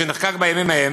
שנחקק בימים ההם,